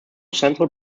central